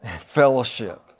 fellowship